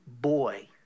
boy